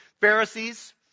Pharisees